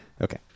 Okay